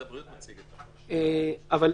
לא,